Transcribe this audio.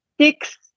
six